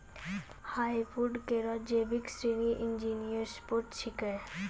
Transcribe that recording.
hardwood केरो जैविक श्रेणी एंजियोस्पर्म छिकै